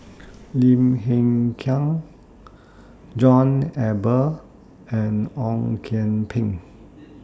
Lim Hng Kiang John Eber and Ong Kian Peng